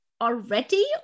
already